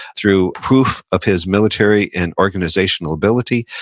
through proof of his military and organizational ability,